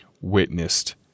witnessed